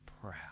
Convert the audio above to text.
proud